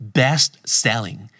best-selling